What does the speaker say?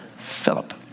Philip